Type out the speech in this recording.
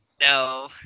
no